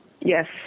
Yes